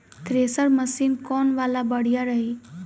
Thresher machine कौन वाला बढ़िया रही?